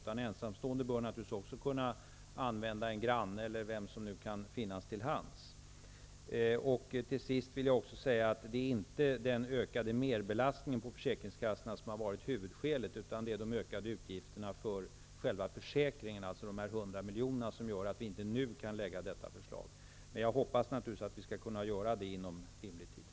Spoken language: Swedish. De ensamstående bör naturligtvis också kunna använda en granne eller vem som finns till hands. Det är inte den ökade belastningen på försäkringskassorna som har varit huvudskälet. Det är de ökade utgifterna för själva försäkringen, alltså dessa 100 miljoner, som gör att vi inte kan lägga fram det här förslaget nu. Jag hoppas naturligtvis att vi kan göra det inom rimlig tid.